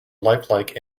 lifelike